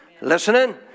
Listening